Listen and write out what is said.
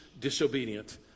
disobedient